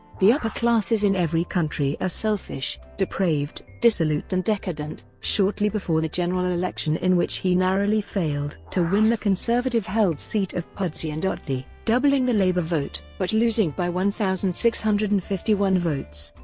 the upper classes in every country are selfish, depraved, dissolute and decadent shortly before the general election in which he narrowly failed to win the conservative-held seat of pudsey and otley, doubling the labour vote, but losing by one thousand six hundred and fifty one votes.